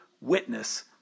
witness